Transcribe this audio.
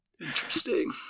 Interesting